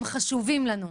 הם חשובים לנו.